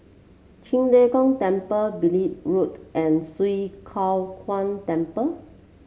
Qing De Gong Temple Beaulieu Road and Swee Kow Kuan Temple